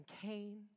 Cain